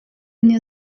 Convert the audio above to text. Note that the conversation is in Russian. мне